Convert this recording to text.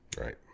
right